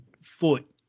foot